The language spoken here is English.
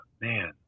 man